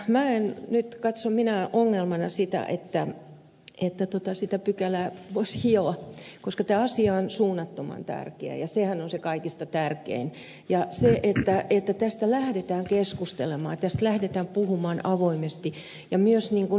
minä en nyt katso minään ongelmana sitä että sitä pykälää voisi hioa koska tämä asia on suunnattoman tärkeä ja sehän on se kaikista tärkeintä että tästä lähdetään keskustelemaan tästä lähdetään puhumaan avoimesti ja myös ninkun